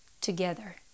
together